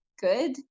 good